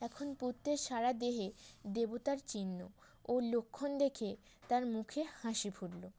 এখন পুত্রের সারা দেহে দেবতার চিহ্ন ও লক্ষণ দেখে তার মুখে হাসি ফুটল